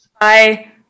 Bye